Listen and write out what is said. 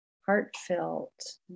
heartfelt